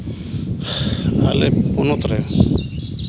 ᱟᱞᱮ ᱯᱚᱱᱚᱛ ᱨᱮ